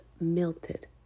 melted